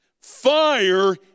Fire